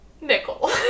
Nickel